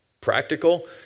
Practical